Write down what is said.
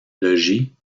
logis